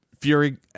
Fury